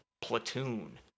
platoon